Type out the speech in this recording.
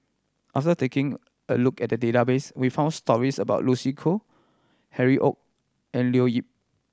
after taking a look at the database we found stories about Lucy Koh Harry Ord and Leo Yip